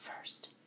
First